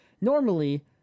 Normally